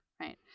Right